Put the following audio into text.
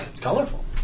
colorful